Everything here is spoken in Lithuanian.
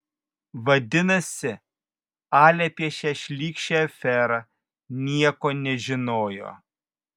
vadinasi alia apie šią šlykščią aferą nieko nežinojo